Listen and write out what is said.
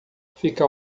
fica